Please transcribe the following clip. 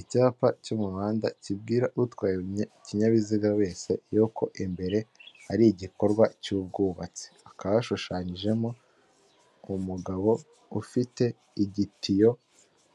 Icyapa cyo mu muhanda kibwira utwaye ikinyabiziga wese yuko imbere ari igikorwa cy'ubwubatsi, hakaba hashushanyijemo umugabo ufite igitiyo